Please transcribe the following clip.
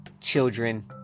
children